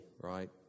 right